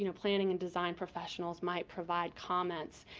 you know planning and design professionals might provide comments.